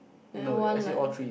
then one like